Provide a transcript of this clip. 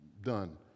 Done